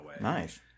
Nice